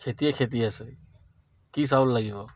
খেতিয়েই খেতি আছে কি চাউল লাগিব